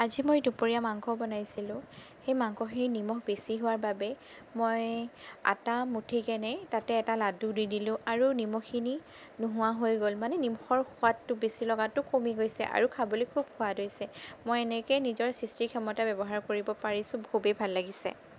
আজি মই দুপৰীয়া মাংস বনাইছিলোঁ সেই মাংসখিনি নিমখ বেছি হোৱাৰ বাবে মই আটা মঠিকেনে তাতে এটা লাডু দি দিলোঁ আৰু নিমখখিনি নোহোৱা হৈ গ'ল মানে নিমখৰ সোৱাদটো বেছি লগাতো কমি গৈছে আৰু খাবলৈ খুব সোৱাদ হৈছে মই এনেকেই নিজৰ সৃষ্টিৰ ক্ষমতা ব্যৱহাৰ কৰিব পাৰিছোঁ খুবেই ভাল লাগিছে